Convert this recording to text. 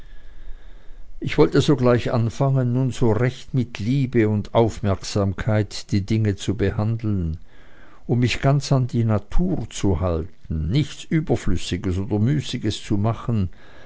ich wollte sogleich anfangen nun so recht mit liebe und aufmerksamkeit die dinge zu behandeln und mich ganz an die natur zu halten nichts überflüssiges oder müßiges zu machen